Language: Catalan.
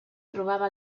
trobava